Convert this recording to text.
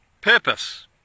purpose